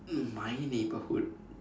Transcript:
um my neighborhood